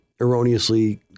erroneously